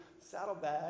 saddlebag